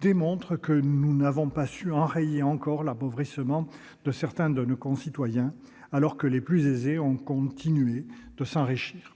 démontrent que nous n'avons pas encore su enrayer l'appauvrissement de certains de nos concitoyens, alors que les plus aisés ont continué de s'enrichir.